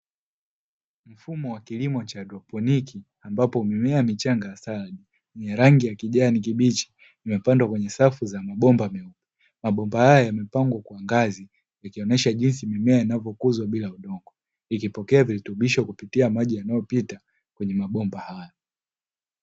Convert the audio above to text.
Mfumo wa kilimo cha haidroponiki ambapo mimea michanga sana yenye rangi ya kijani kibichi imepandwa kwenye safu za mabomba meupe, mabomba hayo yamepangwa kwa ngazi ikionyesha mimea jinsi inavyokuzwa bila kutumia udongo, ikipokea virutubisho kupitia maji yanayopita kwenye mabomba hayo.